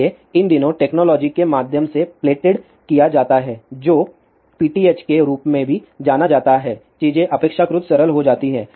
इसलिए इन दिनों टेक्नोलॉजी के माध्यम से प्लेटेड किया जाता है जो PTH के रूप में भी जाना जाता है चीजें अपेक्षाकृत सरल हो जाती हैं